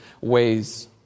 ways